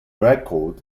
record